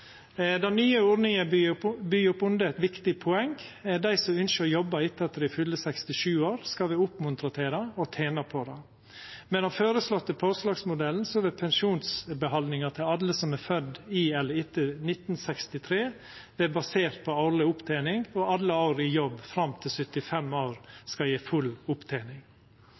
Den nye ordninga byggjer opp under eit viktig poeng: Dei som ynskjer å jobba etter at dei fyller 67 år, skal verta oppmuntra til det og tena på det. Med den føreslåtte påslagsmodellen vil pensjonsbehaldninga til alle som er fødde i eller etter 1963, vera basert på årleg opptening, og alle år i jobb fram til 75 år skal gje full opptening.